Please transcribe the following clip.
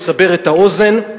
יסבר את האוזן: